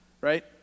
Right